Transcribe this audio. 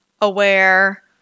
aware